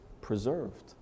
preserved